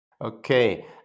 Okay